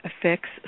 Affects